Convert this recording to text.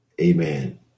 Amen